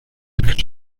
sexos